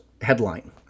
headline